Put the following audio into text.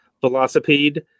velocipede